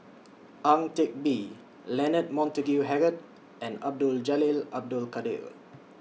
Ang Teck Bee Leonard Montague Harrod and Abdul Jalil Abdul Kadir